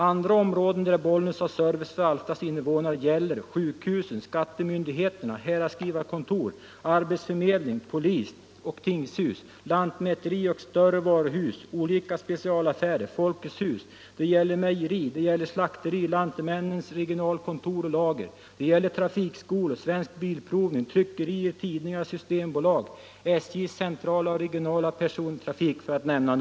Andra områden där Bollnäs har service för Alftas innevånare är sjukhus, skattemyndigheter, häradsskrivarkontor, arbetsförmedling, polis och tingshus, lantmäteri, större varuhus och olika specialaffärer, folkets hus, mejeri och slakteri, lantmännens regionalkontor och lager, trafikskolor, Svensk Bilprovning, tryckerier, tidningar, systembolag, SJ:s centrala och regionala persontrafik m.m.